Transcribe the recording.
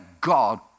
God